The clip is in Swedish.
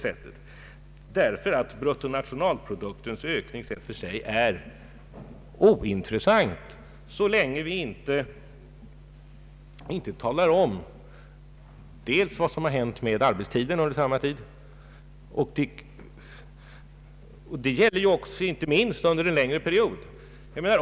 Bruttonationalproduktens ökning är ointressant så länge vi inte talar om vad som har hänt med arbetstiden under samma tid, och det gäller inte minst under en längre period.